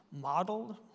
modeled